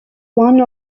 one